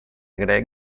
grec